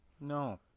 no